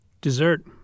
dessert